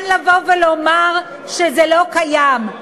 ניתן לבוא ולומר שזה לא קיים,